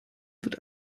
wird